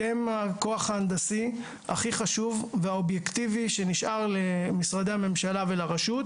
אתם הכוח ההנדסי הכי חשוב והאובייקטיבי שנשאר למשרדי הממשלה ולרשות,